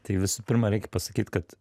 tai visų pirma reikia pasakyt kad